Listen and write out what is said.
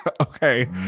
okay